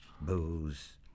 booze